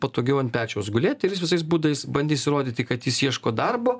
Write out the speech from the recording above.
patogiau ant pečiaus gulėti ir jis visais būdais bandys įrodyti kad jis ieško darbo